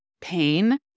pain